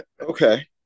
Okay